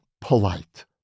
polite